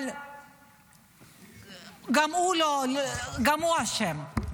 אבל גם הוא אשם.